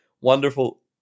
wonderful